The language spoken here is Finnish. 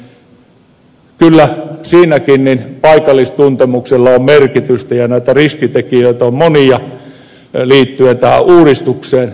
tähän hätäkeskusuudistukseen kyllä siinäkin paikallistuntemuksella on merkitystä ja näitä riskitekijöitä on monia liittyen tähän uudistukseen